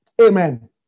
Amen